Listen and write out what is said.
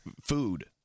food